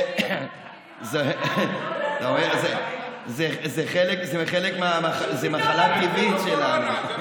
אתה אומר שזו מחלה טבעית שלנו.